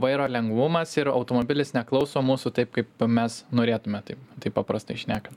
vairo lengvumas ir automobilis neklauso mūsų taip kaip mes norėtume taip tai paprastai šnekant